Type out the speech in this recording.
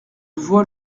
vois